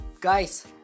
guys